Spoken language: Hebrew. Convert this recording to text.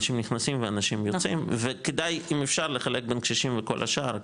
אנשים נכנסים ואנשים יוצאים וכדאי אם אפשר לחלק בין קשישים וכל השאר,